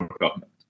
government